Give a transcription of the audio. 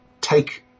take